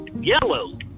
Yellow